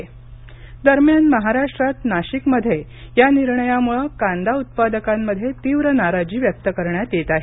कांदा नाशिक दरम्यान महाराष्ट्रात नाशिकमध्ये या निर्णयामुळे कांदा उत्पादकांमध्ये तीव्र नाराजी व्यक्त करण्यात येत आहे